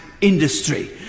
industry